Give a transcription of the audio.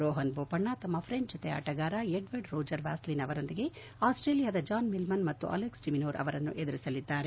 ರೋಹನ್ ಬೋಪಣ್ಣ ತಮ್ಮ ಫ್ರೆಂಚ್ ಜೊತೆ ಆಟಗಾರ ಎಡ್ವರ್ಡ್ ರೋಜರ್ ವ್ಯಾಸಲಿನ್ ಅವರೊಂದಿಗೆ ಆಸ್ಟ್ರೇಲಿಯಾದ ಜಾನ್ ಮಿಲ್ಮನ್ ಮತ್ತು ಅಲೆಕ್ಸ್ ಡಿಮಿನೂರ್ ಅವರನ್ನು ಎದುರಿಸಲಿದ್ದಾರೆ